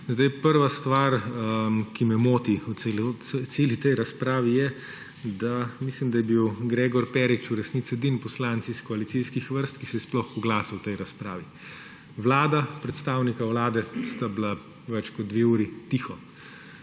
misli. Prva stvar, ki me moti v celi tej razpravi, je, da mislim, da je bil Gregor Perič v resnici edini poslanec iz koalicijskih vrst, ki se je sploh oglasil v tej razpravi. Vlada, predstavnika Vlade sta bila več kot dve uri tiho